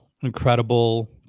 incredible